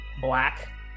black